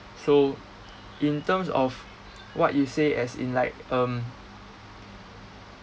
so in terms of what you say as in like um